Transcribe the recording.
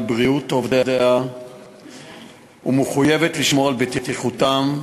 בריאות עובדיה ומחויבת לשמור על בטיחותם,